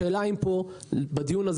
השאלה האם בדיון הזה